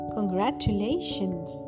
Congratulations